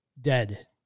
dead